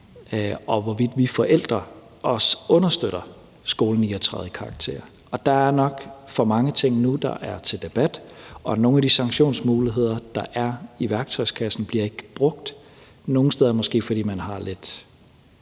og hvorvidt vi forældre også understøtter skolen i at træde i karakter. Der er nok for mange ting nu, der er til debat, og nogle af de sanktionsmuligheder, der er i værktøjskassen, bliver ikke brugt – nogle steder måske, fordi man har lidt